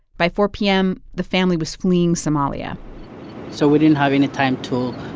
by four p m, the family was fleeing somalia so we didn't have any time to,